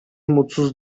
mutsuz